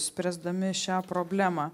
spręsdami šią problemą